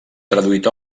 traduït